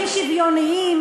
מחוקקת חוקים שוויוניים,